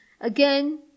Again